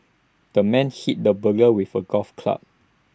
the man hit the burglar with A golf club